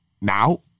Now